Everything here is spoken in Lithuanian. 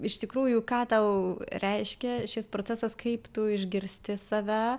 iš tikrųjų ką tau reiškia šis procesas kaip tu išgirsti save